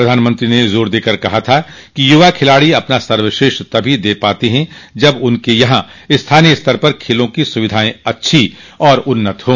प्रधानमंत्री ने जोर देकर कहा था कि युवा खिलाड़ी अपना सर्वश्रेष्ठ तभी दे पाते हैं जब उनके यहां स्थानीय स्तर पर खेलों की सुविधाएं अच्छी और उन्नत हों